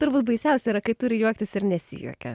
turbūt baisiausia yra kai turi juoktis ir nesijuokia